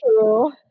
true